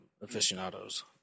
aficionados